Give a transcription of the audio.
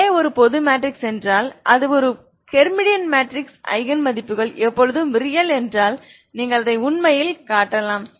A ஒரு பொது matrix என்றால் அது ஒரு ஹெர்மிடியன் மேட்ரிக்ஸ் ஐகன் மதிப்புகள் எப்போதும் ரியல் என்றால் நீங்கள் அதை உண்மையில் காட்டலாம்